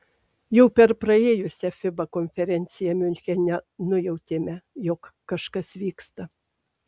jau per praėjusią fiba konferenciją miunchene nujautėme jog kažkas vyksta